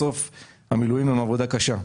כי בסוף המילואים הם עבודה קשה.